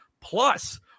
Plus